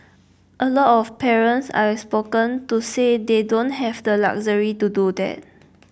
a lot of parents I've spoken to say they don't have the luxury to do that